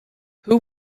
who